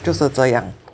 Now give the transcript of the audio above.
就是这样